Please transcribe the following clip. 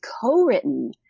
co-written